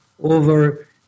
over